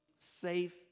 safe